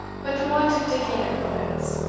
but the want of digging implements,